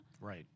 right